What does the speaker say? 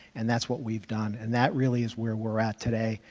and that's what we've done, and that really is where we're at today,